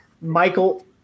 Michael